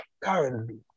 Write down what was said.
currently